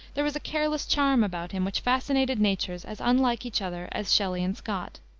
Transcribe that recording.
there was a careless charm about him which fascinated natures as unlike each other as shelley and scott.